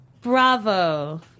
Bravo